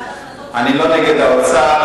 בעד הכנסות, אני לא נגד האוצר.